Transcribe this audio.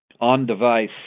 on-device